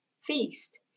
feast